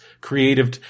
creative